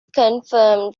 confirmed